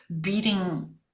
beating